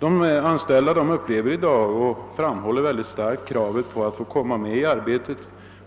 De anställda framhåller i dag mycket starkt kravet på att få vara med i arbetet